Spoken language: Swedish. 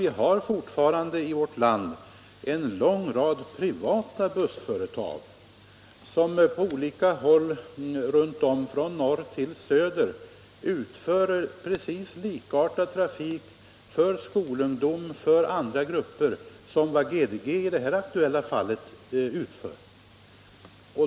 Vi har f.n. i vårt land en lång rad privata bussföretag som på olika håll från norr till söder om 37 besörjer likartad trafik för skolungdom och för andra grupper som GDG i det aktuella fallet.